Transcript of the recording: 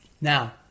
Now